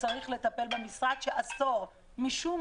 ולטפל בדברים שבמשרד שבמשך עשור משום